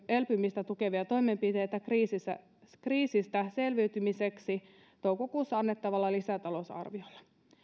elpymistä tukevia toimenpiteitä kriisistä selviytymiseksi toukokuussa annettavalla lisätalousarviolla